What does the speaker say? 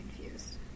confused